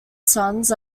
sons